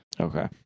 Okay